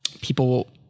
people